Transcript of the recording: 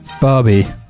Barbie